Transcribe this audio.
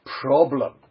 problem